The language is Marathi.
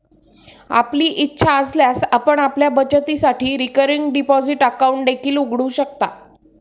आपली इच्छा असल्यास आपण आपल्या बचतीसाठी रिकरिंग डिपॉझिट अकाउंट देखील उघडू शकता